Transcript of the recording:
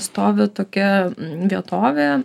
stovi tokia vietovė